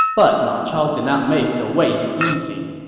but ma chao did not make the wait easy.